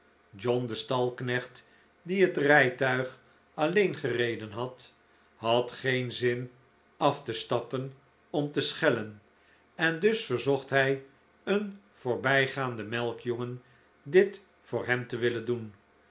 john de stalknecht die het rijtuig alleen gereden had had geen zin a te stappen om te schellen en dus verzocht hij een voorbijgaanden melkjongen dit voor hem te willen doen